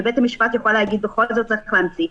ובית המשפט יוכל יגיד: בכל זאת אתה צריך להמציא.